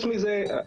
כאן.